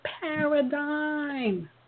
paradigm